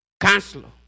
counselor